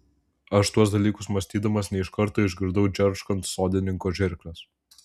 apie tuos dalykus mąstydamas ne iš karto išgirdau džerškant sodininko žirkles